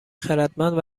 خردمند